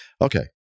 Okay